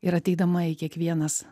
ir ateidama į kiekvienas